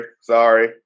sorry